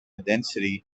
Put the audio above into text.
density